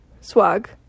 swag